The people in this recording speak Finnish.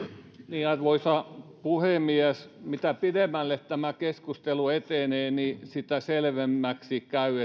arvoisa puhemies mitä pidemmälle tämä keskustelu etenee sitä selvemmäksi käy